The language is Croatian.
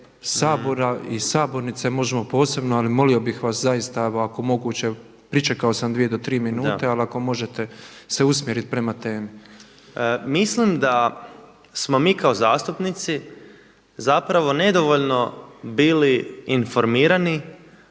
Sabora i sabornice možemo posebno, ali molio bih vas zaista, pričekao sam dvije do tri minute, ali ako možete se usmjeriti prema temi./ … Mislim da smo mi kao zastupnici zapravo nedovoljno bili informirani